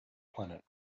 planet